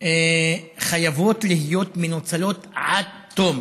חייבים להיות מנוצלים עד תום.